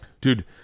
Dude